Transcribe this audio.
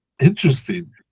Interesting